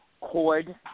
Cord